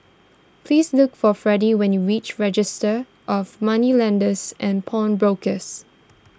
please look for Fredy when you reach Registry of Moneylenders and Pawnbrokers